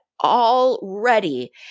already